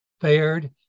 fared